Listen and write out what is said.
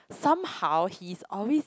somehow he's always